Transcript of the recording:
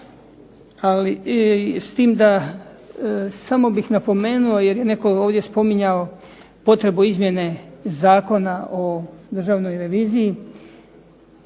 ali s time da samo bih napomenuo jer je netko ovdje spominjao potrebu izmjene Zakona o državnoj reviziji.